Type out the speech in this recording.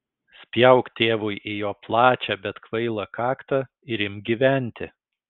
spjauk tėvui į jo plačią bet kvailą kaktą ir imk gyventi